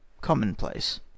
commonplace